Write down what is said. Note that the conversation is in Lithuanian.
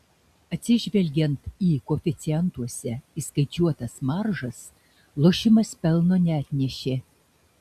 atsižvelgiant į koeficientuose įskaičiuotas maržas lošimas pelno neatnešė